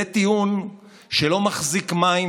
זה טיעון שלא מחזיק מים,